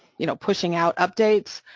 you know, pushing out updates,